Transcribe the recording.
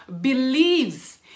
believes